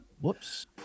Whoops